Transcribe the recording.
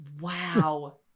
Wow